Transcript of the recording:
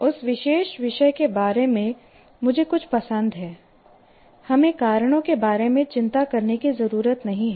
उस विशेष विषय के बारे में मुझे कुछ पसंद है हमें कारणों के बारे में चिंता करने की ज़रूरत नहीं है